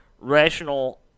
rational